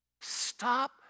stop